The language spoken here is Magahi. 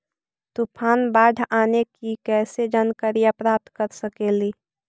तूफान, बाढ़ आने की कैसे जानकारी प्राप्त कर सकेली?